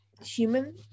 human